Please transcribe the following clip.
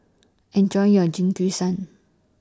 Enjoy your Jingisukan